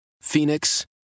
Phoenix